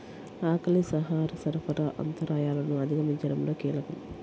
ఆకలి ఆహార సరఫరా అంతరాయాలను అధిగమించడంలో కీలకం